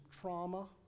trauma